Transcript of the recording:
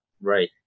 Right